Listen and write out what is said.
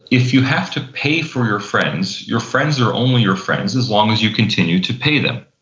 if you have to pay for your friends, your friends are only your friends as long as you continue to pay them.